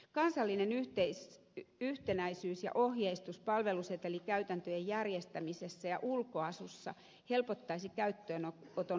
kansallinen yhtenäisyys ja ohjeistus palvelusetelikäytäntöjen järjestämisessä ja ulkoasussa helpottaisi käyttöönoton logistiikkaa